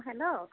hello